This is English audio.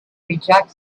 reject